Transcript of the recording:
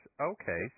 Okay